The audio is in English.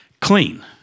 clean